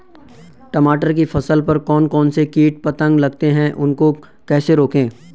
टमाटर की फसल पर कौन कौन से कीट पतंग लगते हैं उनको कैसे रोकें?